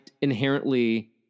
inherently